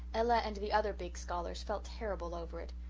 ella and the other big scholars felt terrible over it.